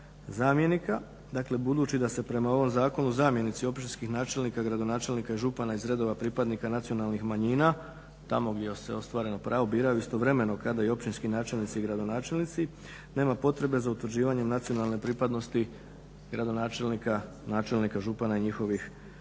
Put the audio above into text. zamjenika. Dakle, budući da se prema ovom zakonu zamjenici općinskih načelnika, gradonačelnika i župana iz redova pripadnika nacionalnih manjina tamo gdje je ostvareno pravo biraju istovremeno kad i općinski načelnici i gradonačelnici nema potrebe za utvrđivanjem nacionalne pripadnosti gradonačelnik, načelnika, župana i njihovih zamjenika.